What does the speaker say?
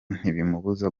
ntibimubuza